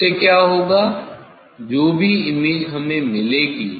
उससे क्या होगा जो भी इमेज हमें मिलेगी